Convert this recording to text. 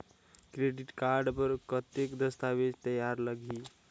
Credit card बर कौन दस्तावेज तैयार लगही?